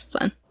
fun